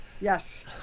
Yes